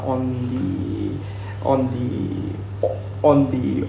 on the on the on the